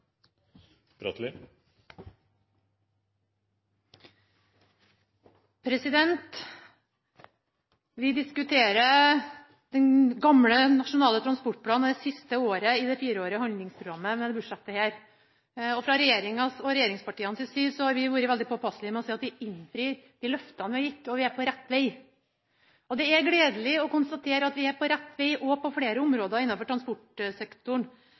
gang. Vi diskuterer den gamle Nasjonal transportplan og det siste året i det fireårige handlingsprogrammet med dette budsjettet. Fra regjeringas og regjeringspartienes side har vi vært veldig påpasselige med å si at vi innfrir de løftene vi har gitt. Vi er på rett veg. Det er gledelig å konstatere at vi er på rett veg på flere områder innafor transportsektoren.